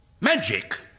magic